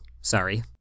Sorry